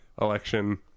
Election